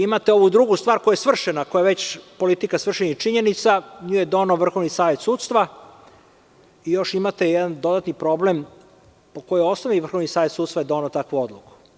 Imate ovu drugu stvar koja je svršena, koja je politika svršenih činjenica, nju je doneo Vrhovni savet sudstva, i još imate jedan dodatni problem po kom osnovu je Vrhovni savet sudstva doneo takvu odluku.